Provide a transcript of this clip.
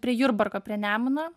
prie jurbarko prie nemuno